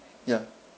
ya